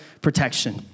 protection